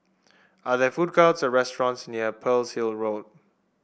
are there food courts or restaurants near Pearl's Hill Road